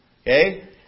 Okay